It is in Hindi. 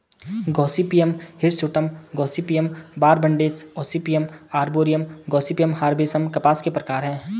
गॉसिपियम हिरसुटम, गॉसिपियम बारबडेंस, ऑसीपियम आर्बोरियम, गॉसिपियम हर्बेसम कपास के प्रकार है